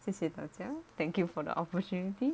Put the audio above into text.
谢谢大家 thank you for the opportunity